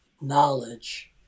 knowledge